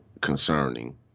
concerning